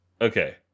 Okay